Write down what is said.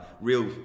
Real